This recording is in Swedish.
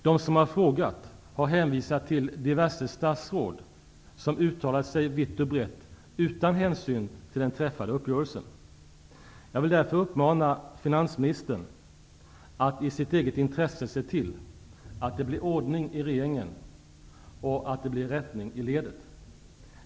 De som frågat har hänvisat till diverse statsråd, som uttalat sig vitt och brett utan hänsyn till den träffade uppgörelsen. Jag vill därför uppmana finansministern att i sitt eget intresse se till att det blir ordning i regeringen och rättning i ledet.